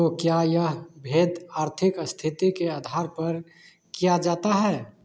तो क्या यह भेद आर्थिक स्थिति के आधार पर किया जाता है